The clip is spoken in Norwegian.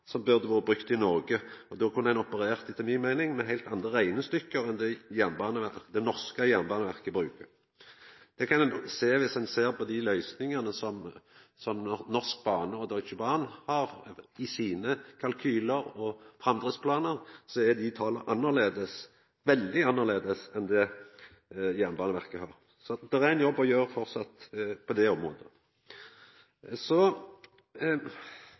som burde ha vore brukt i Noreg. Då kunne ein, etter mi meining, ha operert med heilt andre reknestykke enn dei det norske jernbaneverket bruker. Dersom ein ser på dei løysingane som Norsk Bane og Deutsche Bahn har i sine kalkylar og framdriftsplanar, ser ein at tala er annleis, veldig annleis, enn Jernbaneverkets tal. Så det er framleis ein jobb å gjera på det området. Så